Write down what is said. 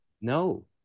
No